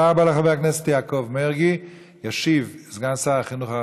יישר כוח.